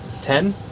Ten